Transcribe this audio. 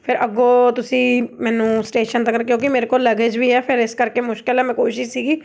ਫਿਰ ਅੱਗੋ ਤੁਸੀਂ ਮੈਨੂੰ ਸਟੇਸ਼ਨ ਤੱਕ ਕਿਉਂਕਿ ਮੇਰੇ ਕੋਲ ਲਗਜ ਵੀ ਹੈ ਫਿਰ ਇਸ ਕਰਕੇ ਮੁਸ਼ਕਿਲ ਹੈ ਮੈਂ ਕੋਸ਼ਿਸ਼ ਸੀਗੀ